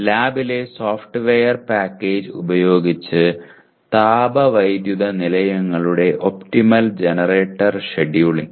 ലാബിലെ software package ഉപയോഗിച്ച് താപവൈദ്യുത നിലയങ്ങളുടെ ഒപ്റ്റിമൽ ജനറേറ്റർ ഷെഡ്യൂളിംഗ്